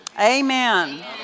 amen